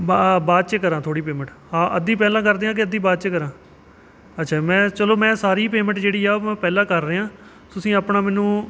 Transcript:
ਬਾ ਬਾਅਦ 'ਚ ਕਰਾਂ ਥੋੜ੍ਹੀ ਪੇਮੈਂਟ ਹਾਂ ਅੱਧੀ ਪਹਿਲਾਂ ਕਰ ਦਿਆਂ ਕਿ ਅੱਧੀ ਬਾਅਦ 'ਚ ਕਰਾਂ ਅੱਛਾ ਮੈਂ ਚਲੋ ਮੈਂ ਸਾਰੀ ਪੇਮੈਂਟ ਜਿਹੜੀ ਆ ਉਹ ਮੈਂ ਪਹਿਲਾਂ ਕਰ ਰਿਹਾ ਤੁਸੀਂ ਆਪਣਾ ਮੈਨੂੰ